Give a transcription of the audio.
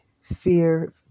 fear